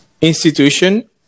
institution